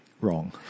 wrong